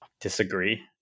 disagree